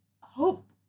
hope